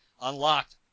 unlocked